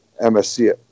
MSC